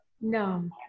no